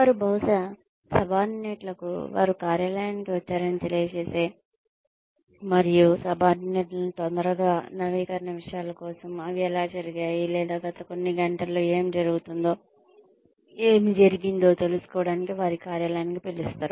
వారు బహుశా సబార్డినేట్ల కు వారు కార్యాలయానికి వచ్చారని తెలియచేసి మరియు సబార్డినేట్ లను తొందరగా నవీకరణ విషయాలు కోసం అవి ఎలా జరిగాయి లేదా గత కొన్ని గంటల్లో ఏమి జరిగిందో తెలుసుకోవటానికి వారి కార్యాలయానికి పిలుస్తారు